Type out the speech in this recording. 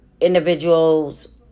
individuals